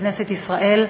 בכנסת ישראל,